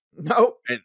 Nope